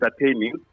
entertaining